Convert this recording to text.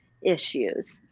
issues